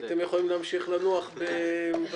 אז הייתם יכולים להמשיך לנוח במשרד.